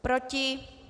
Proti?